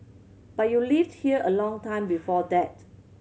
but you lived here a long time before that